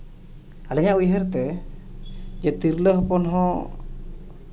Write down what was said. ᱟᱹᱞᱤᱧᱟᱜ ᱩᱭᱦᱟᱹᱨᱛᱮ ᱡᱮ ᱛᱤᱨᱞᱟᱹ ᱦᱚᱯᱚᱱ ᱦᱚᱸ